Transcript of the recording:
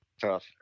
tough